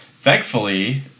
thankfully